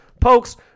Pokes